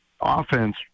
offense